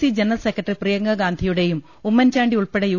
C general secretary പ്രിയങ്കാഗാന്ധിയുടെയും Oommen Chandy ഉൾപ്പെടെ U